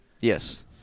Yes